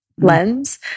lens